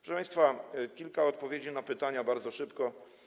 Proszę państwa, kilka odpowiedzi na pytania, bardzo szybko.